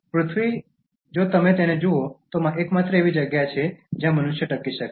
પૃથ્વી જો તમે તેને જુઓ તો એકમાત્ર એવી જગ્યા છે જ્યાં મનુષ્ય ટકી શકે